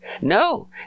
No